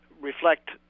reflect